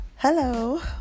Hello